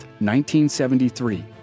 1973